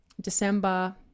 December